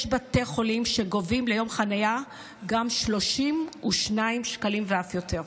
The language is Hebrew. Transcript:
יש בתי חולים שגובים ליום חניה גם 32 שקלים ואף יותר.